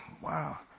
Wow